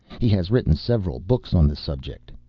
he has written several books on the subject.